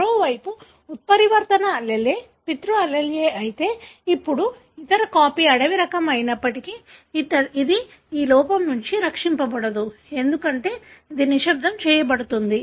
మరోవైపు ఉత్పరివర్తన allele పితృ allele అయితే ఇప్పుడు ఇతర కాపీ అడవి రకం అయినప్పటికీ ఇది ఈ లోపం నుండి రక్షించబడదు ఎందుకంటే ఇది నిశ్శబ్దం చేయబడుతుంది